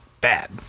bad